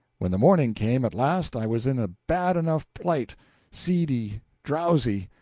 when the morning came at last, i was in a bad enough plight seedy, drowsy,